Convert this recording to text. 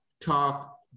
talk